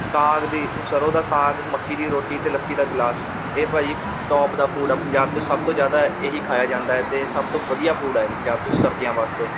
ਸੀਗ ਦੀ ਸਰ੍ਹੋਂ ਦਾ ਸਾਗ ਮੱਕੀ ਦੀ ਰੋਟੀ ਅਤੇ ਲੱਸੀ ਦਾ ਗਿਲਾਸ ਇਹ ਭਾਅ ਜੀ ਟੋਪ ਦਾ ਫੂਡ ਆ ਪੰਜਾਬ 'ਚ ਸਭ ਤੋਂ ਜ਼ਿਆਦਾ ਇਹੀ ਖਾਇਆ ਜਾਂਦਾ ਹੈ ਅਤੇ ਸਭ ਤੋਂ ਵਧੀਆ ਫੂਡ ਹੈ ਪੰਜਾਬ 'ਚ ਸਰਦੀਆਂ ਵਾਸਤੇ